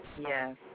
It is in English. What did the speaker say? Yes